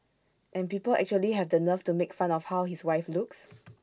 and people actually have the nerve to make fun of how his wife looks